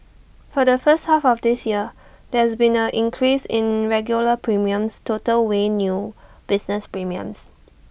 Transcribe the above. for the first half of this year there has been A decrease in regular premiums total weighed new business premiums